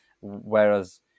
Whereas